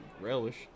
relish